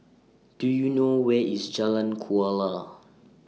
Do YOU know Where IS Jalan Kuala